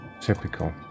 Typical